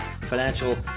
financial